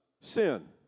sin